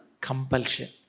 compulsion